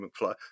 McFly